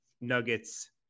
Nuggets